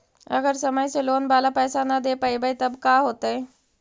अगर समय से लोन बाला पैसा न दे पईबै तब का होतै?